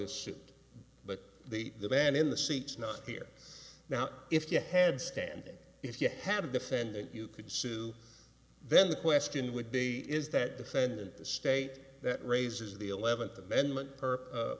this suit but the the man in the seats not here now if you had standing if you had a defendant you could sue then the question would be is that defendant the state that raises the eleventh amendment per